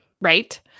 Right